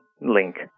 link